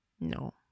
No